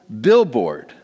billboard